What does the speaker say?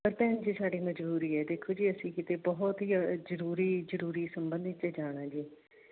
ਪਰ ਭੈਣ ਜੀ ਸਾਡੀ ਮਜਬੂਰੀ ਹੈ ਦੇਖੋ ਜੀ ਅਸੀਂ ਕਿਤੇ ਬਹੁਤ ਹੀ ਅ ਜ਼ਰੂਰੀ ਜ਼ਰੂਰੀ ਸੰਬੰਧ ਵਿੱਚ ਜਾਣਾ ਜੀ